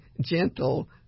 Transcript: gentle